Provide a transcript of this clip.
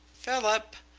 philip!